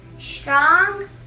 strong